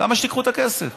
למה שתיקחו את הכסף?